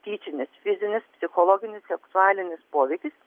tyčinis fizinis psichologinis seksualinis poveikis